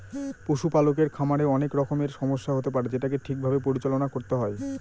পশুপালকের খামারে অনেক রকমের সমস্যা হতে পারে যেটাকে ঠিক ভাবে পরিচালনা করতে হয়